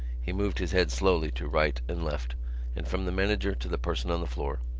he moved his head slowly to right and left and from the manager to the person on the floor,